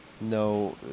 No